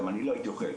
גם אני לא הייתי אוכל,